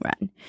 run